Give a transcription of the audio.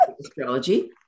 astrology